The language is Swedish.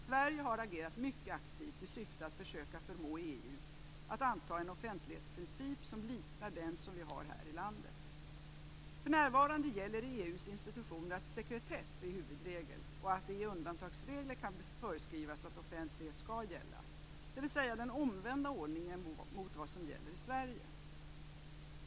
Sverige har agerat mycket aktivt i syfte att försöka förmå EU att anta en offentlighetsprincip som liknar den som vi har här i landet. För närvarande gäller i EU:s institutioner att sekretess är huvudregel och att det i undantagsregler kan föreskrivas att offentlighet skall gälla, dvs. den omvända ordningen mot vad som gäller i Sverige.